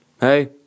hey